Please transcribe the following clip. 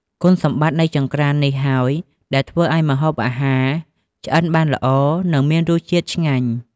គុណសម្បត្តិនៃចង្ក្រាននេះហើយដែលធ្វើឱ្យម្ហូបអាហារឆ្អិនបានល្អ និងមានរសជាតិឆ្ងាញ់។